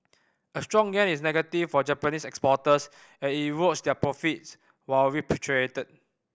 a strong yen is negative for Japanese exporters as it erodes their profits when repatriated